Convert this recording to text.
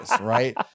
right